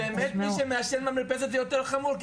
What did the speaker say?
מי שמעשן במרפסת זה באמת יותר חמור כי